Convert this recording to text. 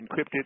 encrypted